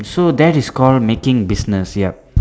so that is called making business yup